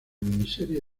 miniserie